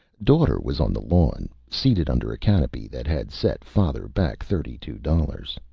daughter was on the lawn seated under a canopy that had set father back thirty-two dollars.